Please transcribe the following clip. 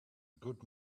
good